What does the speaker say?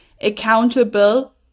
accountable